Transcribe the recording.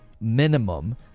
minimum